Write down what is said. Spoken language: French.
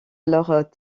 alors